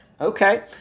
Okay